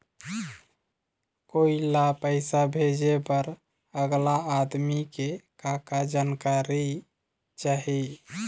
कोई ला पैसा भेजे बर अगला आदमी के का का जानकारी चाही?